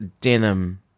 denim